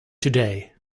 today